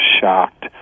shocked